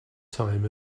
time